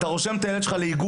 אתה רושם את הילד שלך לאיגוד,